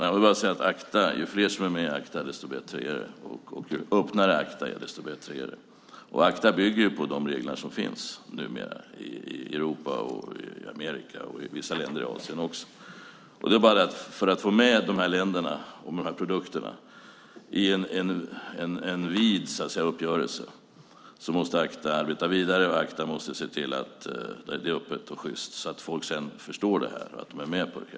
Herr talman! Ju fler som är med i ACTA, desto bättre är det, och ju öppnare ACTA är, desto bättre är det. ACTA bygger på de regler som numera finns i Europa, i Amerika och i vissa länder i Asien också. För att få med dessa länder i fråga om dessa produkter i en vid uppgörelse måste ACTA arbeta vidare och se till att det är öppet och sjyst, så att folk sedan förstår detta och är med på det.